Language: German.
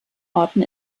orten